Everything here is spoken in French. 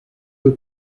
peu